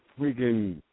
freaking